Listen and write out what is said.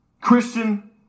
Christian